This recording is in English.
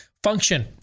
function